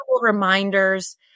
reminders